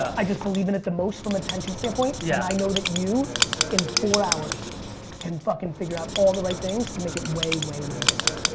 i just believe in it the most from attention standpoint and yeah i know that you in four hours can fucking figure out all the right things to make it way, way, way bigger.